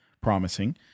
promising